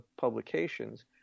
publications